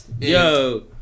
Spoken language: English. Yo